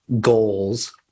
goals